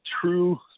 true